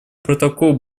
протокол